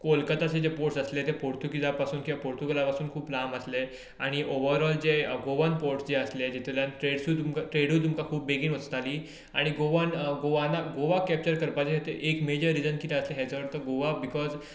कोलकाताचे जे पोर्ट्स आसले ते पोर्तुगेजां पसून पोर्तुगाला पसून खूब लांब आसले आनी ओवरऑल जे गोवन पोर्ट्स जे आसले तातूंतल्यान ट्रेड्सूय ट्रेडूय तुका बेगीन वचनासली आनी गोवन गोवाना गोवा कॅप्चर करपाची एक मेजर रिजन कितें आसलें हें तर गोवा बिकोज